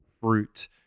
fruit